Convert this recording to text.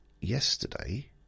...yesterday